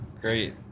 Great